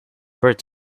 bird